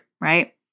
right